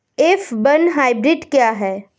F one hybrid क्या है?